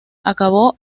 acabó